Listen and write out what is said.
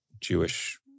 Jewish